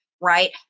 Right